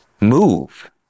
Move